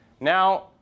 Now